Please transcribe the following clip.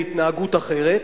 להתנהגות אחרת,